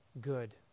good